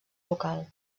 local